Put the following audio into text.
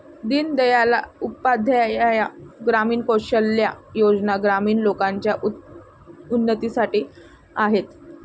दीन दयाल उपाध्याय ग्रामीण कौशल्या योजना ग्रामीण लोकांच्या उन्नतीसाठी आहेत